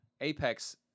Apex